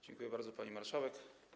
Dziękuję bardzo, pani marszałek.